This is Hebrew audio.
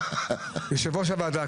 יושב-ראש הוועדה,